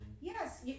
Yes